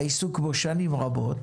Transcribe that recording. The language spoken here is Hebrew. העיסוק בו שנים רבות